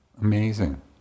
amazing